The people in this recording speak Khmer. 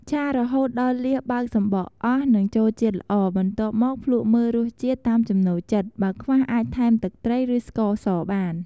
ឆារហូតដល់លៀសបើកសំបកអស់ និងចូលជាតិល្អ បន្ទាប់មកភ្លក់មើលរសជាតិតាមចំណូលចិត្ត បើខ្វះអាចថែមទឹកត្រី ឬស្ករសបាន។